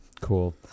Cool